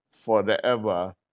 forever